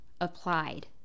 applied